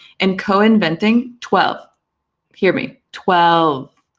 and co-inventing twelve hear me! twelve!